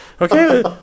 Okay